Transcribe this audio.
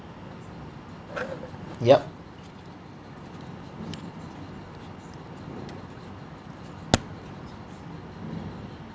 yup